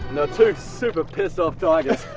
no to super pissed off targets